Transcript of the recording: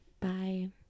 bye